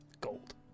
gold